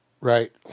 Right